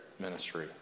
ministry